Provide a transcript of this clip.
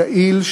יעיל,